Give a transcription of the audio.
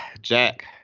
Jack